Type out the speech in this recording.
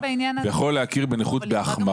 יכול להכיר בנכות בהחמרה.